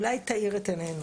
אולי תאיר את עינינו,